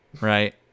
Right